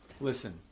listen